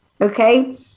Okay